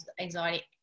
anxiety